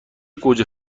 گوجه